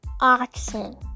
Oxen